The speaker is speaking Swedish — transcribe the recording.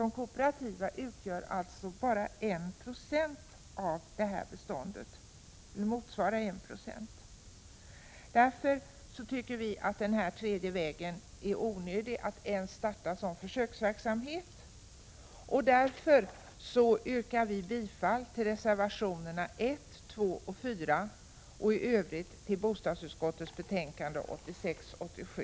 De kooperativa lägenheterna motsvarar alltså en procent av bostadsrättsbeståndet. Därför tycker vi att det är onödigt att starta den här tredje vägen ens som försöksverksamhet. Vi yrkar bifall till reservationerna 1, 2 och 4 och i övrigt till utskottets hemställan.